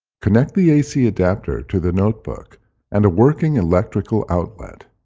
connect the ac adapter to the notebook and a working electrical outlet.